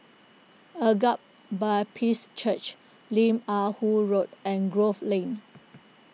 Agape Baptist Church Lim Ah Woo Road and Grove Lane